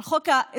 על חוק האזרחות,